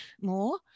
more